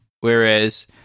Whereas